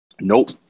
Nope